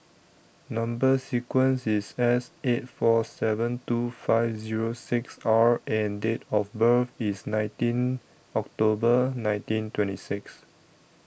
Number sequence IS S eight four seven two five Zero six R and Date of birth IS nineteen October nineteen twenty six